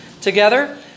together